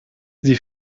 sie